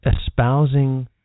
espousing